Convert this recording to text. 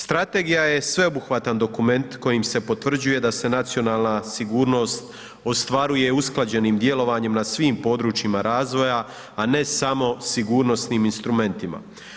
Strategija je sveobuhvatan dokument kojim se potvrđuje da se nacionalna sigurnost ostvaruje usklađenim djelovanjem na svim područjima razvoja a ne samo sigurnosnim instrumentima.